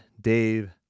Dave